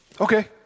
Okay